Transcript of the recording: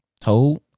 told